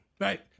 right